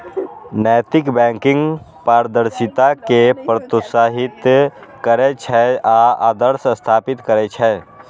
नैतिक बैंकिंग पारदर्शिता कें प्रोत्साहित करै छै आ आदर्श स्थापित करै छै